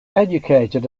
educated